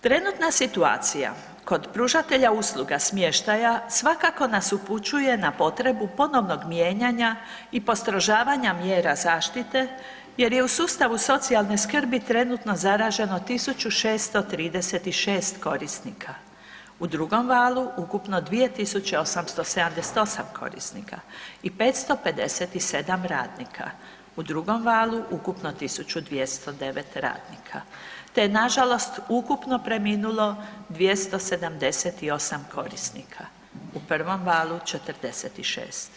Trenutna situacija kod pružatelja usluga smještaja svakako nas upućuje na potrebu ponovnog mijenjanja i postrožavanja mjera zaštite jer je u sustavu socijalne skrbi trenutno zaraženo 1.636 korisnika, u drugom valu ukupno 2.878 korisnika i 557 radnika, u drugom valu ukupno 1.209 radnika te je nažalost ukupno preminuli 278 korisnika, u prvom valu 46.